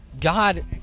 God